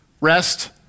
rest